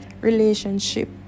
relationship